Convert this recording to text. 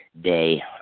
day